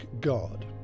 God